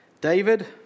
David